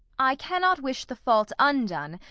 i cannot wish the fault undone,